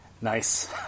Nice